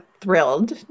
thrilled